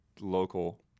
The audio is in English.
local